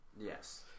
Yes